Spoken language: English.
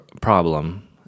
problem